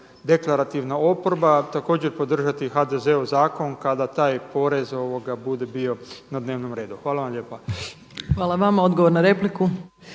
deklarativna oporba također podržati HDZ-ov zakon kada taj porez bude bio na dnevnom redu? Hvala vam lijepa. **Opačić, Milanka